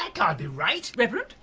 that can't be right. reverend?